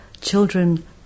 children